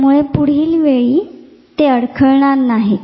त्यामुळे पुढील वेळी ते अडखळणार नाहीत